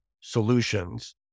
solutions